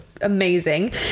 Amazing